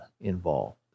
involved